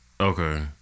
Okay